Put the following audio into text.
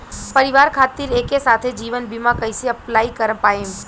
परिवार खातिर एके साथे जीवन बीमा कैसे अप्लाई कर पाएम?